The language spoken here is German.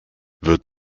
wird